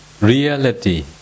reality